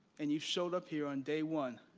and you showed up here on day one.